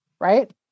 right